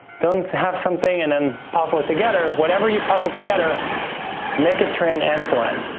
don't have something and then puzzle it together. whatever you puzzle together make it train end to end.